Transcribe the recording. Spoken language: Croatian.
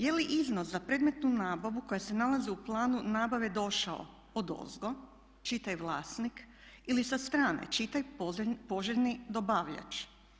Je li iznos za predmetnu nabavu koja se nalazi u planu nabave došao odozdo, čitaj vlasnik ili sa strane čitaj poželjni dobavljač?